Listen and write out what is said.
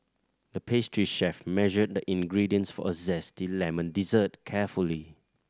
the pastry chef measured the ingredients for a zesty lemon dessert carefully